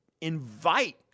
invite